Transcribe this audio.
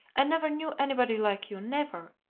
i never knew anybody like you never!